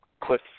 Cliff